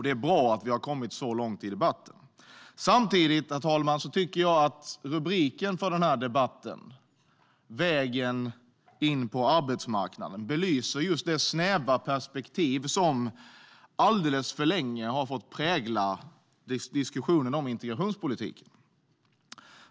Det är bra att vi har kommit så långt i debatten. Samtidigt, herr talman, tycker jag att ämnet för denna debatt - vägen in på arbetsmarknaden - belyser just det snäva perspektiv som alldeles för länge har fått prägla diskussionen om integrationspolitiken.